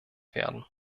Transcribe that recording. werden